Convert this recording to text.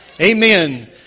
Amen